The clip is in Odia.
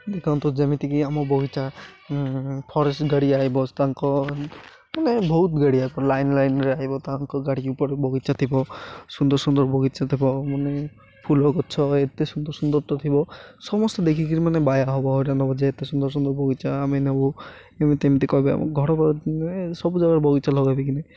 ଦେଖନ୍ତୁ ଯେମିତିକି ଆମ ବଗିଚା ଫରେଷ୍ଟ୍ ଗାଡ଼ିଆ ତାଙ୍କ ମାନେ ବହୁତ ଗାଡ଼ିଆକୁ ଲାଇନ୍ ଲାଇନ୍ରେ ଆଇବ ତାଙ୍କ ଗାଡ଼ି ଉପରେ ବଗିଚା ଥିବ ସୁନ୍ଦର ସୁନ୍ଦର ବଗିଚା ଥିବ ମାନେ ଫୁଲ ଗଛ ଏତେ ସୁନ୍ଦର ସୁନ୍ଦର ତ ଥିବ ସମସ୍ତେ ଦେଖିକିରି ମାନେ ବାୟା ହବ ହେଇଟା ନବ ଯେ ଏତେ ସୁନ୍ଦର ସୁନ୍ଦର ବଗିଚା ଆମେ ନବୁ ଏମିତି ଏମିତି କହିବେ ଆମକୁ ଘର ସବୁ ଜାଗାରେ ବଗିଚା ଲଗେଇବି